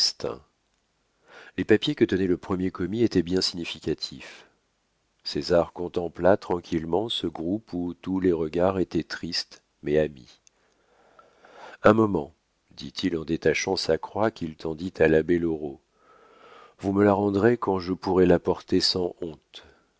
les papiers que tenait le premier commis étaient bien significatifs césar contempla tranquillement ce groupe où tous les regards étaient tristes mais amis un moment dit-il en détachant sa croix qu'il tendit à l'abbé loraux vous me la rendrez quand je pourrai la porter sans honte